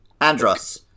Andros